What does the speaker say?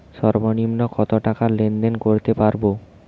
সর্বনিম্ন কত টাকা লেনদেন করতে পারবো?